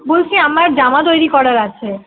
বলছি আমার জামা তৈরি করার আছে